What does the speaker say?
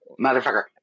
motherfucker